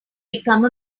become